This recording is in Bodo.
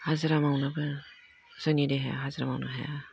हाजिरा मावनोबो जोंनि देहाया हाजिरा मावनो हाया